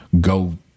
go